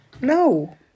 No